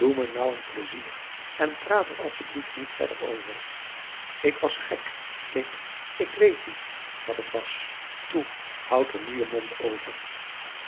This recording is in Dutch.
pleizier en praat er asjeblieft niet verder over ik was gek ik ik weet niet wat het was toe houd er nu je mond over